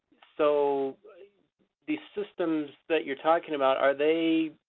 so these systems that you're talking about, are they,